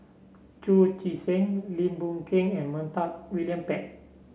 Chu Chee Seng Lim Boon Keng and Montague William Pett